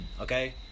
okay